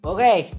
Okay